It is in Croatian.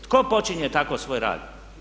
Tko počinje tako svoj rad?